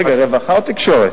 רווחה או תקשורת?